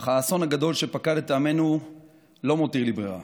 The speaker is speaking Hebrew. אך האסון הגדול שפקד את עמנו לא מותיר לי ברירה.